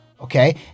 Okay